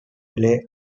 play